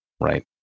right